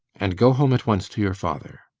and go home at once to your father.